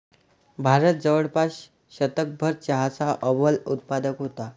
भारत जवळपास शतकभर चहाचा अव्वल उत्पादक होता